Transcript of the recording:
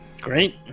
Great